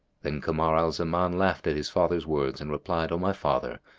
then kamar al-zaman laughed at his father's words and replied, o my father,